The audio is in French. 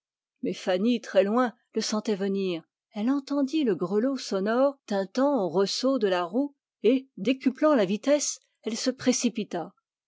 mais fanny très loin le sentait venir elle entendit le grelot sonore tintant aux ressauts de la route et décuplant la vitesse elle se précipita